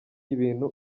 ibintu